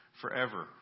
forever